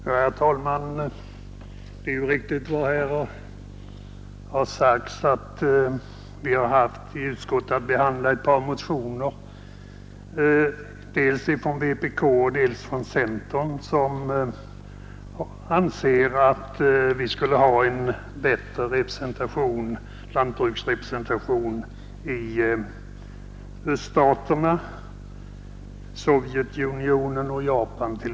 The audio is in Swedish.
Herr talman! Det är ju riktigt vad här sagts att utskottet haft att behandla motioner dels ifrån vpk och dels ifrån centern med yrkanden om att vi skulle ha en bättre lantbruksrepresentation i t.ex. Sovjetunionen och Japan.